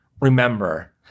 Remember